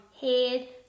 head